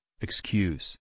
Excuse